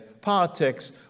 Politics